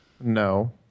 No